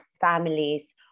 families